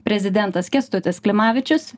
prezidentas kęstutis klimavičius